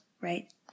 Right